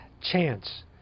chance